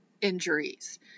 injuries